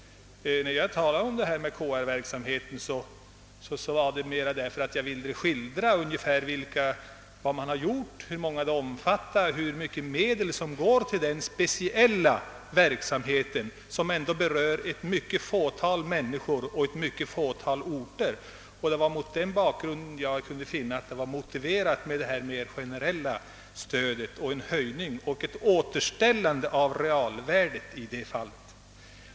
När jag talade om KR-verksamheten ville jag, herr Lindström, skildra vad som gjorts — hur många som omfattas av verksamheten och hur mycket medel som går till denna speciella verksamhet, som ändå berör blott ett fåtal människor och ett fåtal orter. Det var mot den bakgrunden jag kunde finna att det var motiverat med detta mera generella stöd och med en höjning för att återställa realvärdet därvidlag.